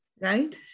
right